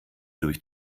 durch